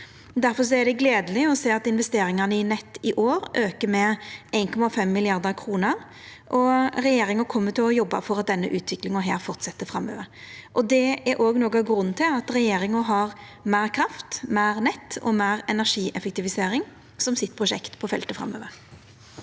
Difor er det gledeleg å sjå at investeringane i nett i år aukar med 1,5 mrd. kr. Regjeringa kjem til å jobba for at denne utviklinga fortset framover. Det er òg noko av grunnen til at regjeringa har meir kraft, meir nett og meir energieffektivisering som sitt prosjekt på feltet framover.